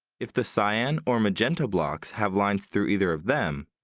if the cyan or magenta blocks have lines through either of them,